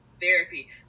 therapy